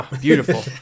beautiful